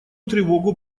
тревогу